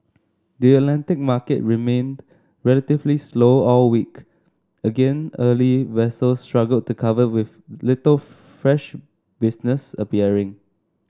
the Atlantic market remained relatively slow all week again early vessels struggled to cover with little fresh business appearing